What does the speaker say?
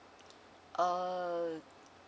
err